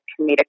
comedic